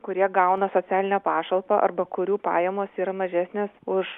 kurie gauna socialinę pašalpą arba kurių pajamos yra mažesnės už